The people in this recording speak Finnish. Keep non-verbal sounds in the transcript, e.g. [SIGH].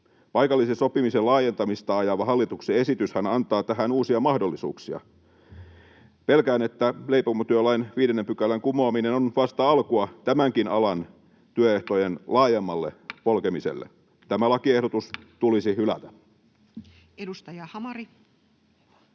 Paikallisen sopimisen laajentamista ajava hallituksen esityshän antaa tähän uusia mahdollisuuksia. Pelkään, että leipomotyölain 5 §:n kumoaminen on vasta alkua tämänkin alan työehtojen [NOISE] laajemmalle polkemiselle. Tämä lakiehdotus tulisi hylätä. Edustaja Hamari.